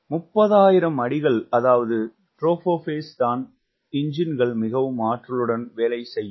30000 அடிகள் அதாவது டுரோபோஸ்பியரில் தான் எஞ்சின்கள் மிகவும் ஆற்றலுடன் வேலை செய்யலாம்